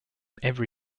every